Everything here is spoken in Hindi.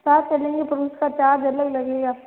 साथ चलेंगे तब इसका चार्ज अलग लगेगा